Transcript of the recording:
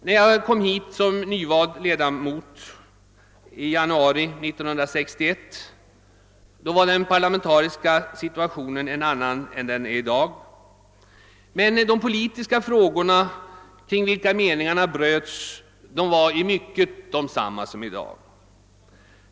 När jag kom hit som nyvald ledamot i januari 1961 var den parlamentariska situationen en annan än den nuvarande. Men de politiska frågor kring vilka meningarna bröts var i mycket desamma som i dag.